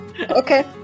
okay